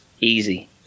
Easy